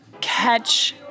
catch